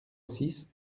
six